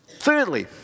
Thirdly